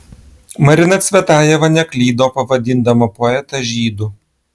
marina cvetajeva neklydo pavadindama poetą žydu